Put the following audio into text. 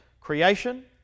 creation